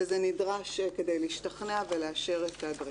וזה נדרש כדי להשתכנע ולאשר את הדברים.